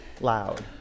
loud